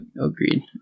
agreed